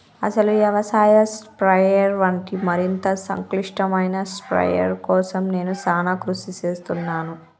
అసలు యవసాయ స్ప్రయెర్ వంటి మరింత సంక్లిష్టమైన స్ప్రయెర్ కోసం నేను సానా కృషి సేస్తున్నాను